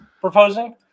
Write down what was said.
proposing